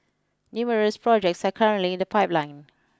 numerous projects are currently in the pipeline